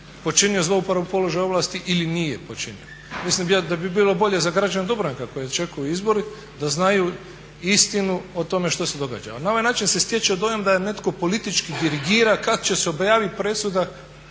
počinio zlouporabu ovlasti ili nije počinio. Mislim da bi bilo bolje za građane Dubrovnika koje čekaju izbori da znaju istinu o tome što se događa. Na ovaj način se stječe dojam da je netko politički dirigira kada će se objaviti presuda